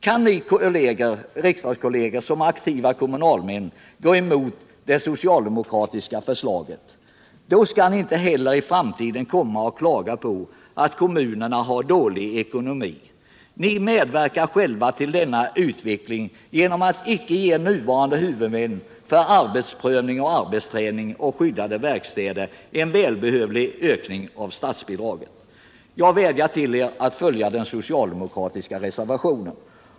Kan ni riksdagskolleger som är aktiva kommunalmän gå emot det socialdemokratiska förslaget? Då skall ni inte heller i framtiden komma och klaga på att kommunerna har dålig ekonomi. Ni medverkar själva till denna utveckling genom att icke ge nuvarande huvudmän för arbetsprövning och arbetsträning och för skyddade verkstäder en välbehövlig ökning av statsbidraget. Jag vädjar till er att stödja den socialdemokratiska reservationen.